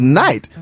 night